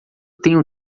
tenho